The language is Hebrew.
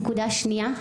נקודה שנייה,